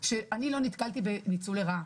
שאני לא נתקלתי בניצול לרעה.